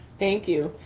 thank you.